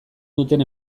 duten